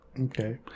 Okay